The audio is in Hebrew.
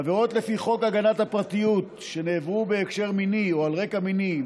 עבירות לפי חוק הגנת הפרטיות שנעברו בהקשר מיני או על רקע מיני,